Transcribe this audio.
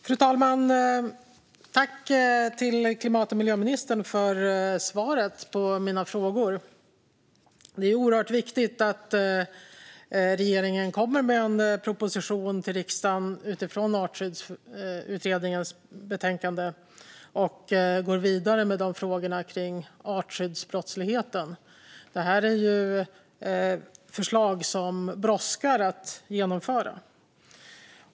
Fru talman! Tack, klimat och miljöministern, för svaret på mina frågor! Det är oerhört viktigt att regeringen kommer med en proposition till riksdagen utifrån Artskyddsutredningens betänkande och går vidare med frågorna om artskyddsbrottsligheten. Det är förslag som det brådskar att genomföra.